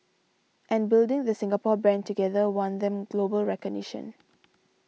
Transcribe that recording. and building the Singapore brand together won them global recognition